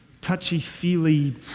Touchy-feely